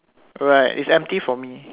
right it's empty for me